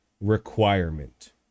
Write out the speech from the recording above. requirement